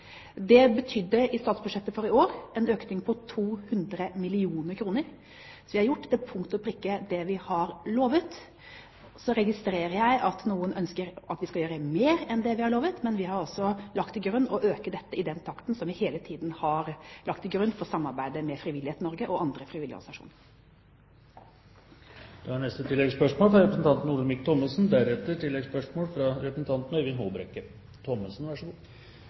Det betydde i statsbudsjettet for i år en økning på 200 mill. kr. Så vi har til punkt og prikke gjort det vi har lovet. Så registrerer jeg at noen ønsker at vi skal gjøre mer enn det vi har lovet, men vi har altså valgt å øke det i den takten som vi hele tiden har lagt til grunn for samarbeidet med Frivillighet Norge og andre frivillige